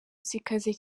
zikaze